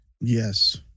yes